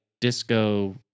disco